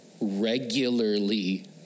regularly